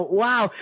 wow